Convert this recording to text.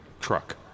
truck